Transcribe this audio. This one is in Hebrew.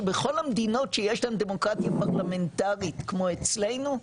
שבכל המדינות שיש להן דמוקרטיה פרלמנטרית כמו אצלנו,